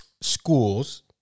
schools